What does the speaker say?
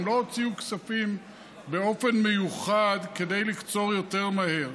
הם לא הוציאו כספים באופן מיוחד כדי לקצור יותר מהר.